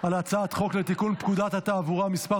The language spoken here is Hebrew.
על הצעת חוק לתיקון פקודת התעבורה (מס'